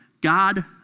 God